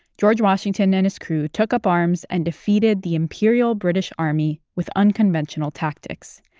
george washington and his crew took up arms and defeated the imperial british army with unconventional tactics.